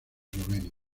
eslovenia